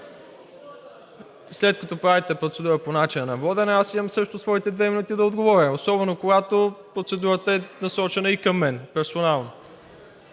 След като правите процедура по начина на водене, аз имам също своите две минути да отговоря особено когато процедурата е насочена и към мен персонално.